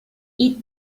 eat